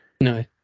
No